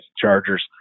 Chargers